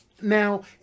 now